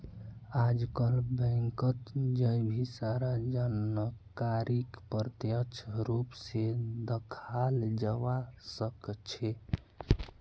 आजकल बैंकत जय भी सारा जानकारीक प्रत्यक्ष रूप से दखाल जवा सक्छे